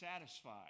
satisfied